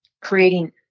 creating